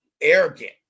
arrogant